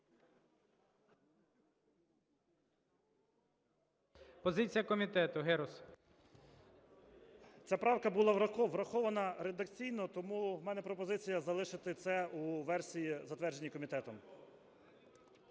ГЕРУС А.М. Ця правка була врахована редакційно, тому у мене пропозиція залишити це у версії, затвердженій комітетом.